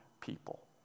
people